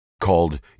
called